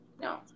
no